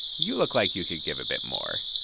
you look like you could give a bit more.